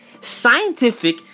scientific